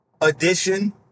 edition